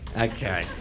Okay